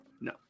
No